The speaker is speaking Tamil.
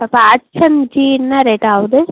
இப்போ ஹட்சன் கீ என்ன ரேட்டாகுது